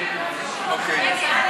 ההצעה